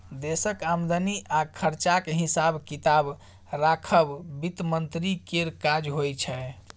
देशक आमदनी आ खरचाक हिसाब किताब राखब बित्त मंत्री केर काज होइ छै